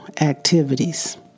activities